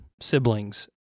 siblings